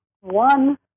one